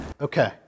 Okay